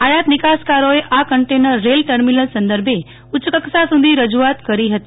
આયાત નિકાસકારોએ આ કન્ટેનર રેલ ટર્મિનલ સંદર્ભે ઉચ્ચકક્ષા સુધી રજૂઆત કરી ફતી